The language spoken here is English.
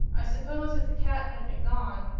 i suppose, if the cat had been gone,